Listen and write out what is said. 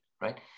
right